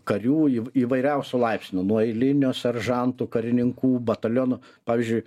karių įvairiausių laipsnių nuo eilinio seržanto karininkų batalionų pavyzdžiui